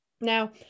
Now